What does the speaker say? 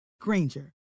Granger